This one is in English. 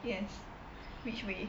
yes which way